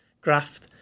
graft